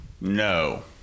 No